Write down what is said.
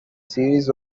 series